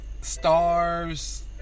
Stars